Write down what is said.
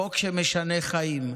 חוק שמשנה חיים,